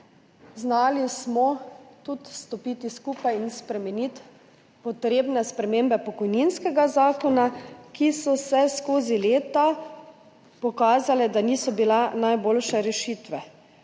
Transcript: Znali smo tudi stopiti skupaj in sprejeti potrebne spremembe pokojninskega zakona, ki so se skozi leta pokazale, da niso bile najboljše rešitve.